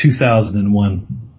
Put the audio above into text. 2001